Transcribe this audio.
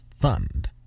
Fund